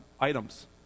items